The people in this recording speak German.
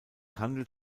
handelt